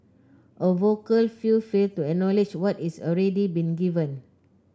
a vocal few fail to acknowledge what is already being given